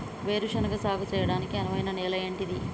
వేరు శనగ సాగు చేయడానికి అనువైన నేల ఏంటిది?